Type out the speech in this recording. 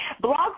Blog